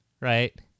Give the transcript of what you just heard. right